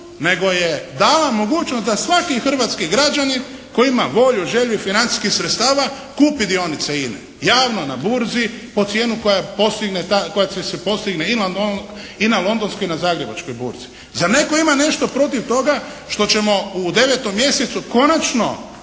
nego je dala mogućnost da svaki hrvatski građanin koji ima volju, želju i financijskih sredstava kupi dionice INA-e javno, na burzi po cijeni koja se postigne i na Londonskoj i na Zagrebačkoj burzi. Zar netko ima nešto protiv toga što ćemo u 9 mjesecu konačno